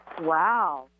Wow